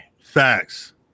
Facts